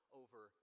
over